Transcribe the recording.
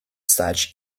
such